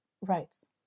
rights